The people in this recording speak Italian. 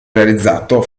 realizzato